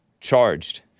charged